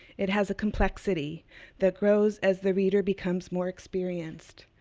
it has a complexity that grows as the reader becomes more experienced,